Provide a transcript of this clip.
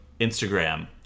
Instagram